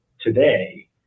today